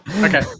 Okay